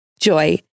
Joy